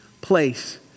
place